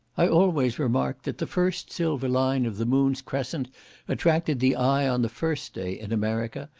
i always remarked that the first silver line of the moon's crescent attracted the eye on the first day, in america,